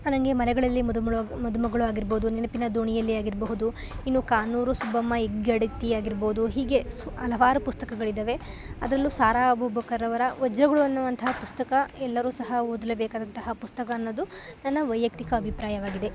ನಂಗೆ ಮಲೆಗಳಲ್ಲಿ ಮದುಮಳೊ ಮದುಮಗಳು ಆಗಿರ್ಬೌದು ನೆನಪಿನ ದೋಣಿಯಲ್ಲಿ ಆಗಿರಬಹುದು ಇನ್ನು ಕಾನೂರು ಸುಬ್ಬಮ್ಮ ಹೆಗ್ಗಡತಿ ಆಗಿರ್ಬೌದು ಹೀಗೆ ಸು ಹಲವಾರು ಪುಸ್ತಕಗಳಿದಾವೆ ಅದರಲ್ಲೂ ಸಾರಾ ಅಬೂಬಕ್ಕರವರ ವಜ್ರಗಳು ಅನ್ನುವಂಥ ಪುಸ್ತಕ ಎಲ್ಲರು ಸಹ ಓದಲೇ ಬೇಕಾದಂತಹ ಪುಸ್ತಕ ಅನ್ನೋದು ನನ್ನ ವೈಯಕ್ತಿಕ ಅಭಿಪ್ರಾಯವಾಗಿದೆ